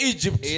Egypt